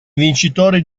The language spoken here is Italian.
vincitori